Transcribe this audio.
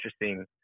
interesting